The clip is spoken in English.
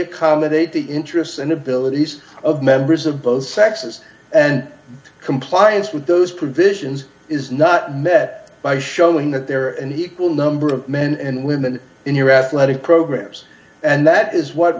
accommodate the interests and abilities of members of both sexes and compliance with those provisions is not met by showing that there and he will number of men and women in your athletic programs and that is what